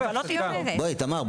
בואי תמר,